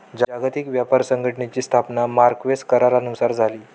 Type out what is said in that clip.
जागतिक व्यापार संघटनेची स्थापना मार्क्वेस करारानुसार झाली